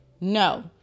no